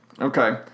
Okay